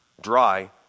dry